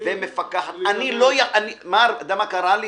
יודע מה קרה לי